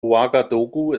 ouagadougou